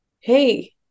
hey